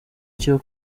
cyo